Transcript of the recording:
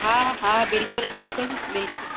हा हा बिल्कुलु बिल्कुलु बिल्कुलु